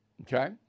Okay